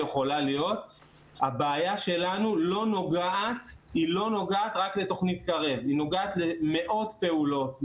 הבעיה שלנו לא נוגעת רק לתוכנית קרב אלא למאות פעולות,